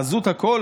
"חזות הכול",